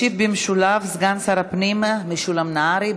ישיב במשולב סגן שר הפנים משולם נהרי.